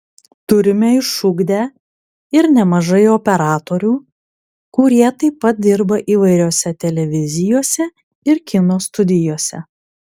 turime išugdę ir nemažai operatorių kurie taip pat dirba įvairiose televizijose ar kino studijose